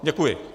Děkuji.